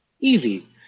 easy